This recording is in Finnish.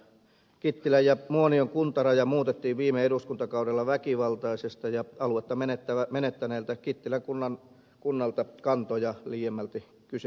kittilän ja muonion kuntaraja muutettiin viime eduskuntakaudella väkivaltaisesti ja aluetta menettäneeltä kittilän kunnalta kantoja liiemmälti kyselemättä